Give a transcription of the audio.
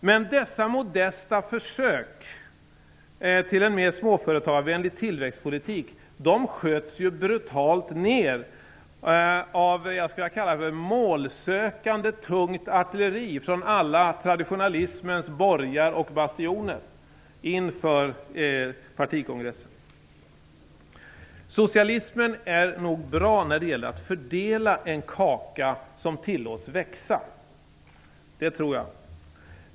Men dessa modesta försök till en mer småföretagarvänlig tillväxtpolitik sköts brutalt ner av målsökande tungt artilleri från alla traditionalismens borgar och bastioner inför partikongressen. Socialismen är nog bra när det gäller att fördela en kaka som tillåtits växa. Det tror jag.